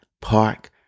Park